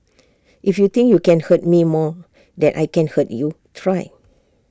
if you think you can hurt me more than I can hurt you try